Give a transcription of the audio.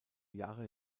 jahre